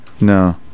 no